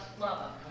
love